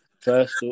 first